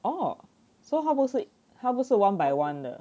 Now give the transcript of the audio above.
oh so 他不是 one by one 的